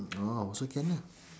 mm oh also can lah